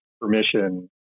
permission